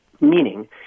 meaning